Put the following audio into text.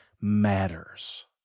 matters